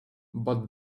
but